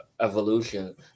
evolution